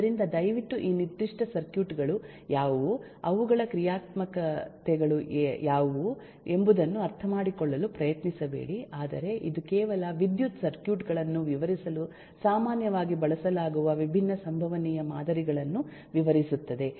ಆದ್ದರಿಂದ ದಯವಿಟ್ಟು ಈ ನಿರ್ದಿಷ್ಟ ಸರ್ಕ್ಯೂಟ್ ಗಳು ಯಾವುವು ಅವುಗಳ ಕ್ರಿಯಾತ್ಮಕತೆಗಳು ಯಾವುವು ಎಂಬುದನ್ನು ಅರ್ಥಮಾಡಿಕೊಳ್ಳಲು ಪ್ರಯತ್ನಿಸಬೇಡಿ ಆದರೆ ಇದು ಕೇವಲ ವಿದ್ಯುತ್ ಸರ್ಕ್ಯೂಟ್ ಗಳನ್ನು ವಿವರಿಸಲು ಸಾಮಾನ್ಯವಾಗಿ ಬಳಸಲಾಗುವ ವಿಭಿನ್ನ ಸಂಭವನೀಯ ಮಾದರಿಗಳನ್ನು ವಿವರಿಸುತ್ತದೆ